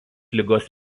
ligos